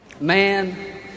man